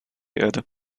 erde